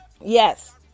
Yes